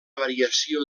variació